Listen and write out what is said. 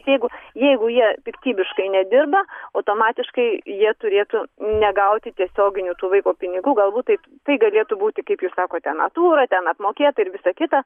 jeigu jeigu jie piktybiškai nedirba automatiškai jie turėtų negauti tiesioginių tų vaiko pinigų galbūt taip tai galėtų būti kaip jūs sakote natūra ten apmokėta ir visa kita